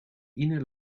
ine